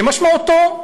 משמעותו,